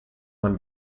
man